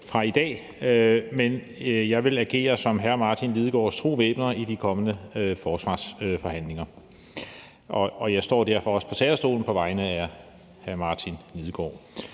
fra i dag, men jeg vil agere som hr. Martin Lidegaards tro væbner i de kommende forsvarsforhandlinger, og jeg står derfor også på talerstolen på vegne af hr. Martin Lidegaard.